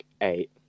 eight